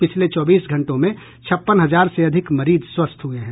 पिछले चौबीस घंटों में छप्पन हजार से अधिक मरीज स्वस्थ हुए हैं